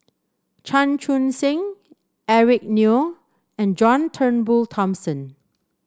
Chan Chun Sing Eric Neo and John Turnbull Thomson